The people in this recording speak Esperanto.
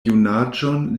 junaĝon